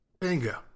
Bingo